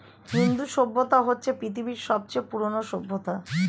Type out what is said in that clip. হিন্দু সভ্যতা হচ্ছে পৃথিবীর সবচেয়ে পুরোনো সভ্যতা